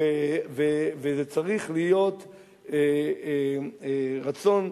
וזה צריך להיות רצון,